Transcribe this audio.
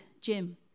jim